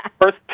first